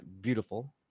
beautiful